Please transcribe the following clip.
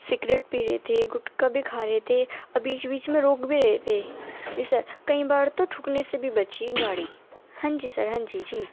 secret بھی پی رہے تھے گٹکا بھی کھا رہے تھے اور بیچ بیچ میں روک بھی رہے تھے جی سر کئی بار تو ٹھکنے سے بھی بچی ہے گاڑی ہاں جی سر ہاں جی جی